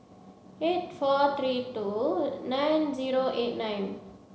eight four three two nine zero eight nine